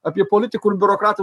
apie politikų ir biurokratų